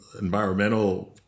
environmental